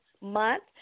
Month